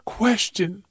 question